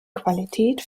qualität